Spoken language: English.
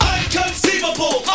Unconceivable